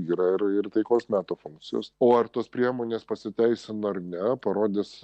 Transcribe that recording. yra ir ir taikos meto funkcijos o ar tos priemonės pasiteisino ar ne parodys